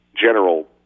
general